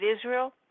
Israel